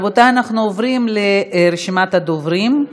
רבותי, אנחנו עוברים לרשימת הדוברים.